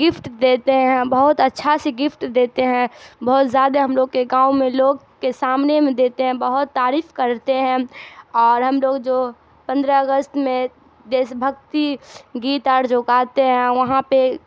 gift دیتے ہیں بہت اچھا سے گفٹ دیتے ہیں بہت زیادہ ہم لوگ کے گاؤں میں لوگ کے سامنے میں دیتے ہیں بہت تعریف کرتے ہیں اور ہم لوگ جو پندرہ اگست میں دیش بھکتی گیت آر جو گاتے ہیں وہاں پہ